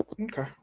Okay